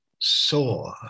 saw